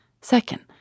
Second